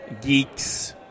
geeks